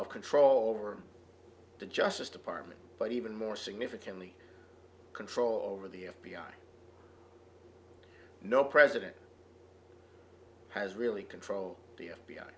of control over the justice department but even more significantly control over the f b i no president has really control the f